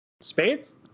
spades